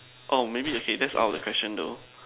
oh maybe okay that's our question though